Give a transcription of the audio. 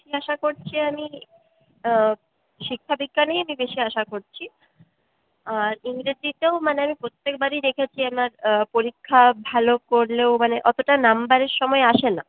বেশি আশা করছি আমি শিক্ষাবিজ্ঞানেই আমি বেশি আশা করছি আর ইংরেজিতেও মানে মানে আমি প্রত্যেকবারই দেখেছি আমি পরীক্ষা ভালো করলেও মানে অতটা নাম্বারের সময় আসে না